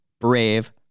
Brave